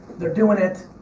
they're doing it,